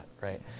Right